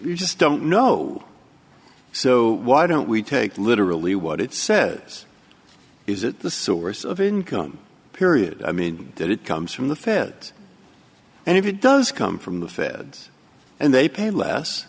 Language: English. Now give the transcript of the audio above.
we just don't know so why don't we take literally what it says is that the source of income period i mean that it comes from the fed and if it does come from the feds and they pay less